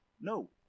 no